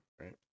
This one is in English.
right